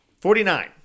Forty-nine